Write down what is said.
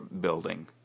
building